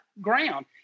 ground